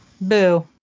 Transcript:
boo